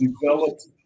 developed